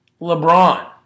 LeBron